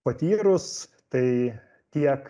patyrus tai tiek